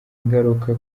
ingaruka